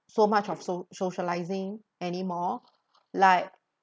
so much of so~ socialising anymore like